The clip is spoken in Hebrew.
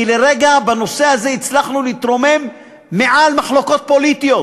כי לרגע בנושא הזה הצלחנו להתרומם מעל מחלוקות פוליטיות